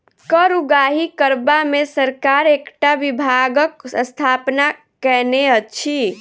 कर उगाही करबा मे सरकार एकटा विभागक स्थापना कएने अछि